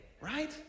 Right